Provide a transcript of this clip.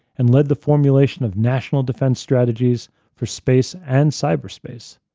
and led the formulation of national defense strategies for space and cyber space.